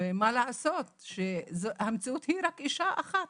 ומה לעשות שהמציאות היא רק אישה אחת.